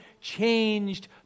changed